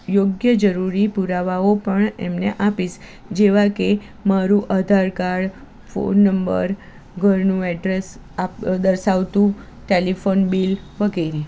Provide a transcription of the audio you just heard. યોગ્ય જરૂરી પુરાવાઓ પણ એમને આપીશ જેવા કે મારું આધાર કાર્ડ ફોન નંબર ઘરનું એડ્રેસ આપ દર્શાવતું ટેલિફોન બિલ વગેરે